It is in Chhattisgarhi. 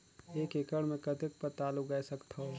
एक एकड़ मे कतेक पताल उगाय सकथव?